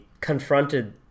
confronted